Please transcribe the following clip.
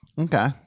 Okay